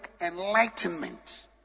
enlightenment